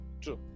true